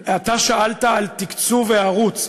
אתה שאלת על תקצוב הערוץ.